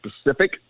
specific